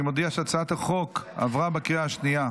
אני מודיע שהצעת החוק עברה בקריאה השנייה.